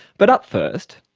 but up first,